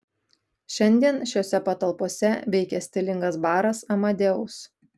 šiandien šiose patalpose veikia stilingas baras amadeus